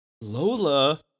Lola